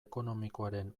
ekonomikoaren